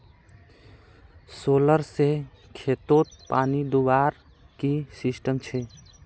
Solar से खेतोत पानी दुबार की सिस्टम छे?